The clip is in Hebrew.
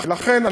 לכן,